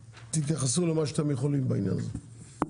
תתייחסו למה שאתם יכולים בעניין הזה.